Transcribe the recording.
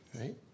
Right